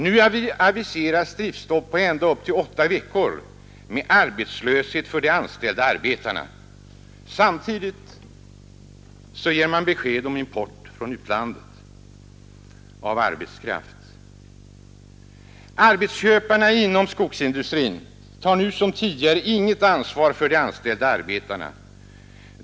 Nu aviseras driftstopp på ända upp till åtta veckor med arbetslöshet för de anställda arbetarna som följd. Samtidigt ger man besked om import från utlandet av arbetskraft. Arbetsköparna inom skogsindustrin tar nu som tidigare inget ansvar för de anställda arbetarna.